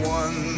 one